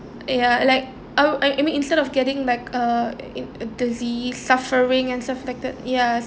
ya like oh I I mean instead of getting like uh disease suffering and stuff like that yes